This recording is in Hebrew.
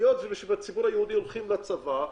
היות ובציבור היהודי הולכים לצבא,